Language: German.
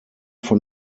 von